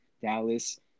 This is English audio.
Dallas